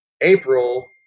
April